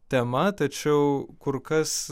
tema tačiau kur kas